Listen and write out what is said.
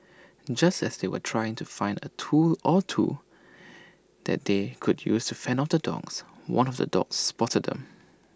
just as they were trying to find A tool or two that they could use to fend off the dogs one of the dogs spotted them